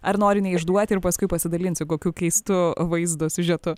ar nori neišduoti ir paskui pasidalinsi kokiu keistu vaizdo siužetu